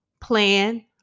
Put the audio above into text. Plan